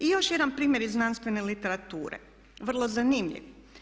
I još jedan primjer iz znanstvene literature vrlo zanimljiv.